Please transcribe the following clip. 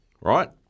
right